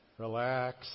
Relax